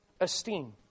Esteem